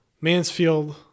Mansfield